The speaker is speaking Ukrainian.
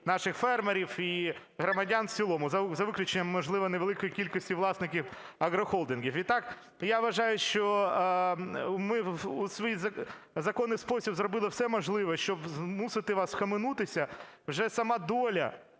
наших фермерів, і громадян в цілому, за виключенням, можливо, невеликої кількості власників агрохолдингів. Відтак я вважаю, що ми в свій законний спосіб зробили все можливе, щоб змусити вас схаменутися, вже сама доля,